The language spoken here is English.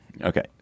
Okay